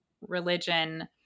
religion